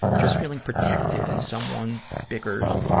just feeling protected in someone biggers,